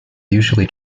usually